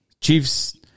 Chiefs